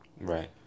Right